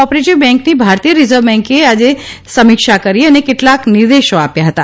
operative ન્કની ભારતીય reserve ેન્કે આજે સમિક્ષા કરી અને કેટલાક નિર્દેશો આપ્યા હતા